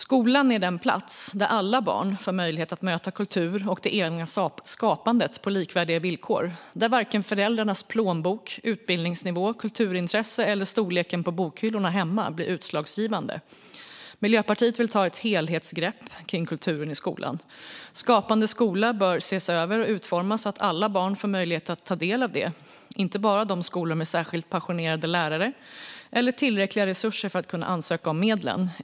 Skolan är den plats där alla barn får möjlighet att möta kultur och det egna skapandet på likvärdiga villkor och där varken föräldrarnas plånbok, utbildningsnivå eller kulturintresse eller storleken på bokhyllorna hemma blir utslagsgivande. Miljöpartiet vill ta ett helhetsgrepp kring kulturen i skolan. Skapande skola bör ses över och utformas så att alla barn får möjlighet att ta del av den, inte bara skolor med särskilt passionerade lärare eller tillräckliga resurser för att kunna ansöka om medlen.